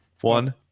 One